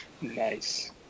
Nice